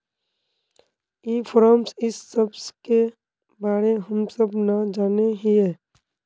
ई commerce इस सब के बारे हम सब ना जाने हीये?